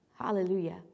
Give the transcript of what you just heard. Hallelujah